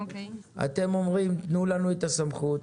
אתם אומרים, תנו לנו את הסמכות